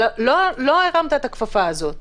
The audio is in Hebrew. אבל לא הרמת את הכפפה הזאת.